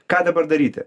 ką dabar daryti